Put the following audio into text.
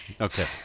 Okay